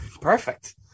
perfect